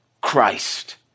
Christ